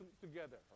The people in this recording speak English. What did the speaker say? together